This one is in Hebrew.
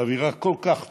באווירה כל כך טובה,